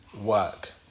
work